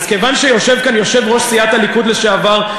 כיוון שיושב כאן יושב-ראש סיעת הליכוד לשעבר,